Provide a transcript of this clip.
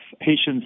patients